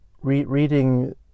reading